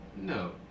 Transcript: No